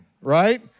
right